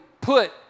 put